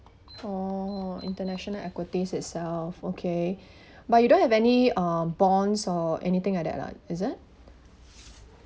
oh international equities itself okay but you don't have any uh bonds or anything like that lah is it